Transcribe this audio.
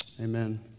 Amen